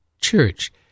church